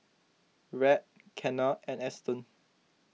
Rhett Kenna and Eston